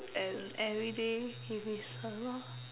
an everyday if it's a lot